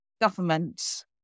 government